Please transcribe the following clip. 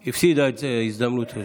היא הפסידה את ההזדמנות.